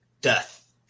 death